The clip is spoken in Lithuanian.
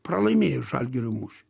pralaimėję žalgirio mūšį